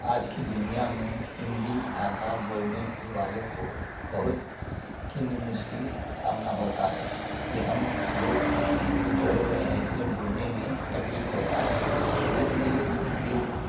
आज की दुनिया में हिन्दी भाषा बोलने के वालों को बहुत किन मुश्किल सामना होता है कि हम जो बूढ़े हो गए हैं इसलिए बोलने में तकलीफ़ ता है इसलिए कि उ